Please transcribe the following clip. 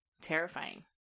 terrifying